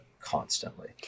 constantly